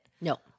No